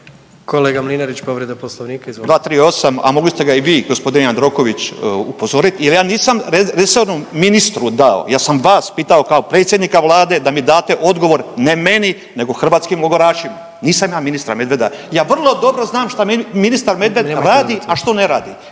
Kolega Mlinarić, povreda Poslovnika, izvolite. **Mlinarić, Stipo (DP)** 238, a mogli ste ga i vi, g. Jandroković, upozoriti jer ja nisam resornom ministru dao, ja sam vas pitao kao predsjednika Vlade da mi date odgovor, ne meni nego hrvatskim logorašima. Nisam ja ministra Medveda. Ja vrlo dobro znam šta ministar Medved radi, a šta ne radi,